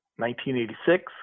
1986